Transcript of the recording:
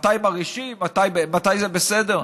מתי מרעישים, מתי זה בסדר.